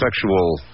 sexual